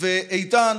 איתן